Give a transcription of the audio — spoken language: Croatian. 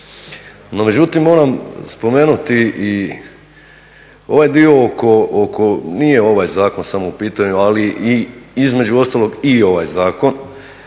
No međutim, moram spomenuti i ovaj dio oko, nije ovaj zakon samo u pitanju ali i između ostalog i ovaj zakon,